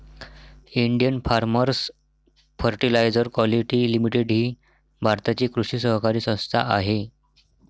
Indian farmers fertiliser quality limited ही भारताची कृषी सहकारी संस्था आहे